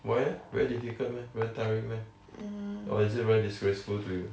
why eh very difficult meh very tiring meh or is it very disgraceful to you